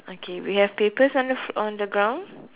okay we have papers on the fl~ on the ground